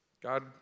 God